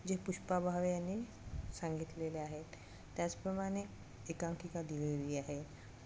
जे पुष्पा भावे यांनी सांगितलेले आहेत त्याचप्रमाणे एकांकिका दिलेली आहे